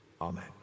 Amen